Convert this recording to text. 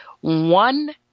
one